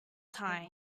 time